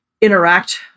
interact